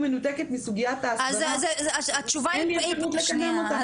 מנותקת מסוגיית האסדרה --- אז התשובה היא פשוטה.